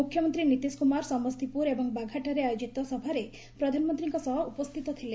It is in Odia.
ମୁଖ୍ୟମନ୍ତ୍ରୀ ନୀତିଶ କୁମାର ସମସ୍ତିପୁର ଏବଂ ବାଘାଠାରେ ଆୟୋଜିତ ସଭାରେ ପ୍ରଧାନମନ୍ତ୍ରୀଙ୍କ ସହ ଉପସ୍ଥିତ ଥିଲେ